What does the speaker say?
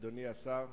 אדוני השר,